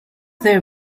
there